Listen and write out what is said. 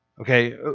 Okay